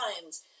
times